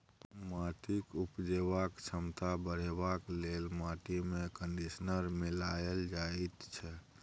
माटिक उपजेबाक क्षमता बढ़ेबाक लेल माटिमे कंडीशनर मिलाएल जाइत छै